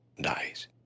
dies